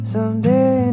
Someday